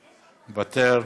מוותר,